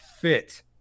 fit